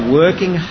working